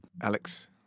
Alex